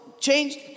changed